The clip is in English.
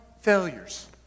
failures